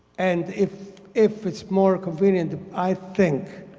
and if if it's more convenient, i think